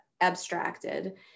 abstracted